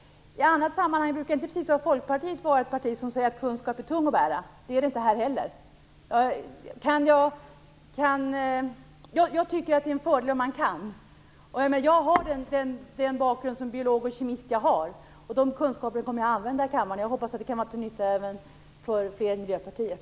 I andra sammanhang brukar Folkpartiet inte precis vara ett parti som säger att kunskap är tung att bära. Det är det inte för mig heller. Jag tycker att det är en fördel att ha kunskap. Jag har en bakgrund som biolog och kemist. De kunskaperna kommer jag att använda i kammaren. Jag hoppas de kan vara till nytta även för andra än Miljöpartiet.